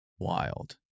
wild